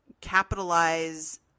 capitalize